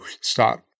stop